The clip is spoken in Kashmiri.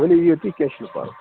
ؤلِو یِیو تُہۍ کیٚنٛہہ چھُنہٕ پرواے